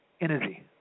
Energy